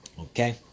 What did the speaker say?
Okay